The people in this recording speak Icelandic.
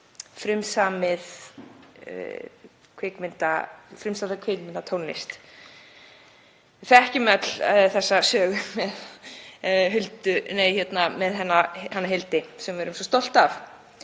frumsamda kvikmyndatónlist. Við þekkjum öll þessa sögu hennar Hildar sem við erum svo stolt af.